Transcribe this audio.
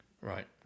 Right